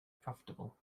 profitable